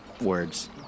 words